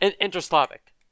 Inter-Slavic